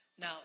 Now